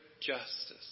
justice